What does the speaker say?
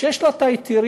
שיש לה את ההיתרים.